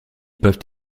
peuvent